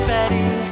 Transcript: Betty